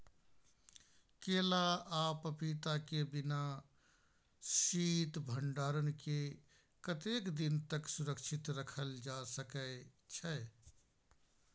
केला आ पपीता के बिना शीत भंडारण के कतेक दिन तक सुरक्षित रखल जा सकै छै?